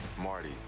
Marty